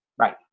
Right